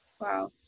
Wow